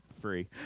free